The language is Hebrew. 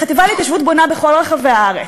החטיבה להתיישבות לחוק חופש המידע.